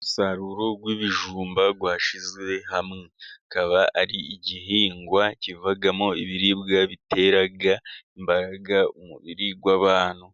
Umusaruro w'ibijumba washyizwe hamwe, ukaba ari igihingwa kivamo ibiribwa bitera imbaraga umubiri w'abantu,